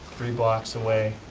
three blocks away,